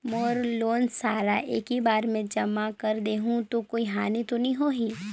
मोर loan सारा एकी बार मे जमा कर देहु तो कोई हानि तो नी होही?